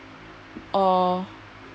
or